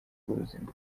bw’ubuzima